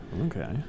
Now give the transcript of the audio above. Okay